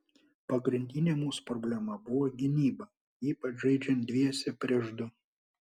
pagrindinė mūsų problema buvo gynyba ypač žaidžiant dviese prieš du